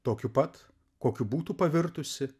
tokiu pat kokiu būtų pavirtusi